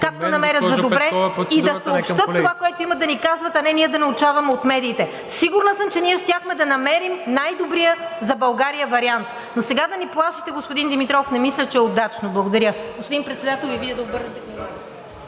ТЕМЕНУЖКА ПЕТКОВА: …да съобщят това, което имат да ни казват, а не ние да научаваме от медиите. Сигурна съм, че ние щяхме да намерим най-добрия за България вариант. Но сега да ни плашите, господин Димитров, не мисля, че е удачно. Благодаря. Господин Председател, и Вие да обърнете